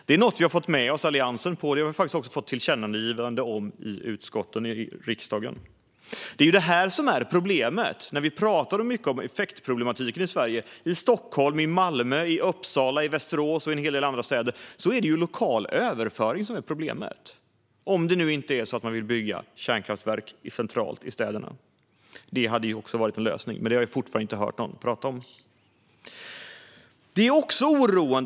Detta har vi fått med oss Alliansen på och faktiskt också fått igenom ett tillkännagivande om i riksdagens utskott. Det är detta som är problemet. När vi talar om effektproblematiken i Sverige - i Stockholm, Malmö, Uppsala, Västerås och en hel del andra städer - är det lokal överföring som är problemet, om man nu inte vill bygga kärnkraftverk centralt i städerna. Det hade också varit en lösning, men det har jag fortfarande inte hört någon tala om.